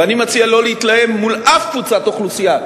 ואני מציע לא להתלהם מול אף קבוצת אוכלוסייה,